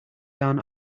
down